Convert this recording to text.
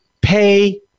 pay